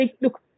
look